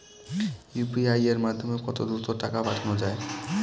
UPI এর মাধ্যমে কত দ্রুত টাকা পাঠানো যায়?